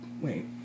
wait